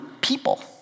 people